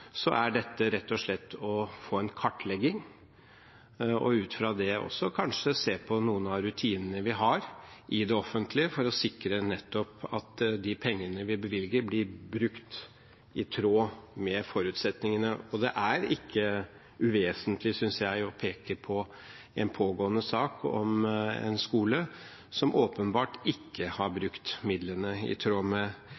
det også kanskje å se på noen av rutinene vi har i det offentlige nettopp for å sikre at de pengene vi bevilger, blir brukt i tråd med forutsetningene. Og det er ikke uvesentlig, synes jeg, å peke på en pågående sak om en skole som åpenbart ikke har